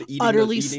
utterly